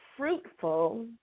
fruitful